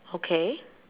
okay